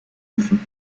befinden